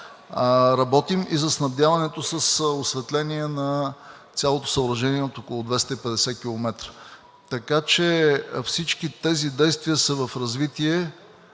Работим и за снабдяването с осветление на цялото съоръжение от около 250 км. Така че всички тези действия са в развитие.